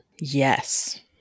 Yes